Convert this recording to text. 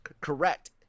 correct